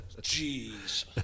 Jeez